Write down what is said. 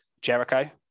Jericho